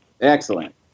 Excellent